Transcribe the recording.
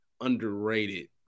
underrated